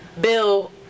Bill